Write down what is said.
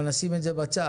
אבל נשים את זה בצד.